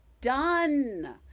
done